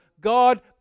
God